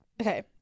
Okay